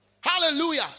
Hallelujah